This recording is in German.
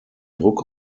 druck